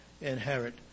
inherit